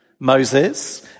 Moses